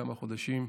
כמה חודשים,